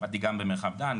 עבדתי גם במרחב דן,